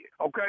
okay